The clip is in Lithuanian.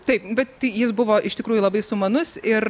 taip bet jis buvo iš tikrųjų labai sumanus ir